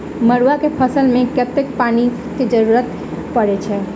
मड़ुआ केँ फसल मे कतेक पानि केँ जरूरत परै छैय?